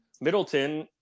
Middleton